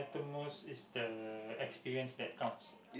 the most is the experience that counts